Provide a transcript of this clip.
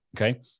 Okay